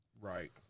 Right